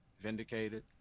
Vindicated